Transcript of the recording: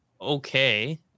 okay